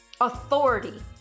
authority